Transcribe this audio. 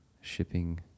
shipping